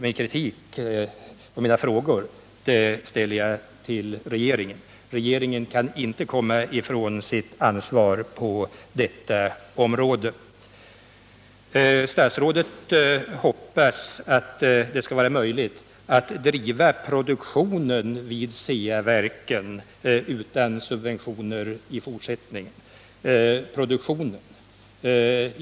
Min kritik och mina frågor riktar jag till regeringen. Regeringen kan inte komma ifrån sitt ansvar på detta område. Statsrådet hoppas att det i fortsättningen skall vara möjligt att driva produktionen vid Ceaverken utan subventioner.